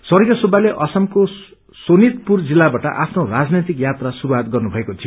स्वर्गीय सुब्बाले असमको शोभितपुर जिल्लाबाट आफ्नो राजनैतिक यात्रा शुस्वात गर्नुषएको थियो